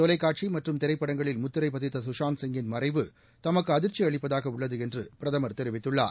தொலைக்காட்சி மற்றும் திரைப்படங்களில முத்திரைப் பதித்த சுஷாந்த் சிங்கின் மறைவு தமக்கு அதிர்ச்சி அளிப்பதாக உள்ளது எனறும் பிரதமர் தெரிவித்துள்ளார்